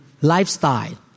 lifestyle